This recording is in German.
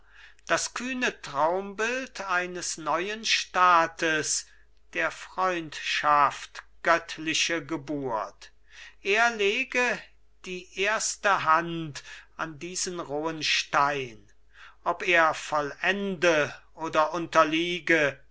das kühne traumbild eines neuen staates der freundschaft göttliche geburt er lege die erste hand an diesen rohen stein ob er vollende oder unterliege